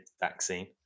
vaccine